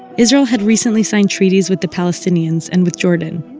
israel had recently signed treaties with the palestinians and with jordan,